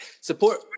Support